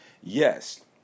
Yes